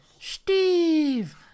Steve